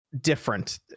different